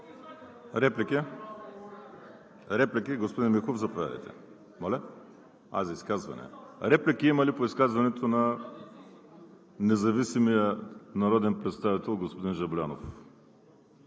реплики по изказването на независимия народен представител господин Жаблянов?